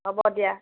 হ'ব দিয়া